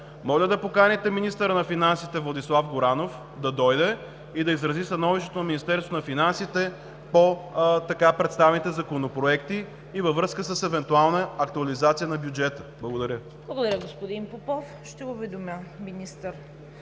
Моля да поканите министъра на финансите Владислав Горанов да дойде и да изрази становището на Министерството на финансите по така представените законопроекти и във връзка с евентуална актуализация на бюджета. Благодаря. ПРЕДСЕДАТЕЛ ЦВЕТА КАРАЯНЧЕВА: Благодаря, господин Попов. Ще уведомя министър